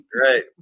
Right